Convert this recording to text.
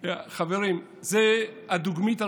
חברים, זו הדוגמית הראשונה,